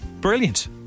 Brilliant